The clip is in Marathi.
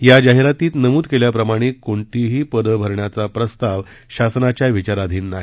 या जाहिरातीत नमूद केल्याप्रमाणे कोणतीही पदं भरण्याचा प्रस्ताव शासनाच्या विचाराधीन नाही